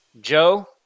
Joe